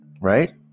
right